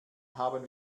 haben